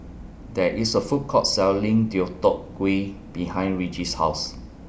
There IS A Food Court Selling Deodeok Gui behind Regis' House